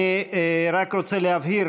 אני רק רוצה להבהיר